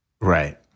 Right